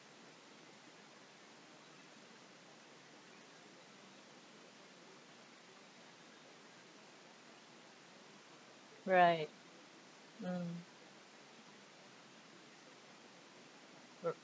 right hmm mm